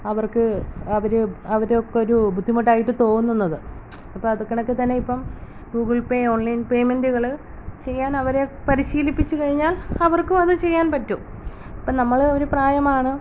അവർക്ക് അവർ അവർക്കൊരു ബുദ്ധിമുട്ടായി തോന്നുന്നത് അപ്പം അത് കണക്ക് തന്നെ ഇപ്പം ഗൂഗിൾ പേ ഓൺലൈൻ പെയ്മെൻറുകൾ ചെയ്യാൻ അവരെ പരിശീലിപ്പിച്ച് കഴിഞ്ഞാൽ അവർക്കും അത് ചെയ്യാൻ പറ്റും അപ്പം നമ്മളെ ഒരു പ്രായമാണ്